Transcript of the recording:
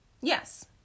Yes